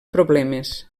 problemes